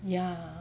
ya